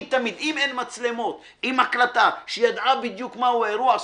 אם אין מצלמות עם הקלטה שידעה בדיוק מהו האירוע,